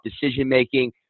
decision-making